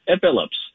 Phillips